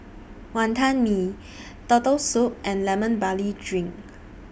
Wantan Mee Turtle Soup and Lemon Barley Drink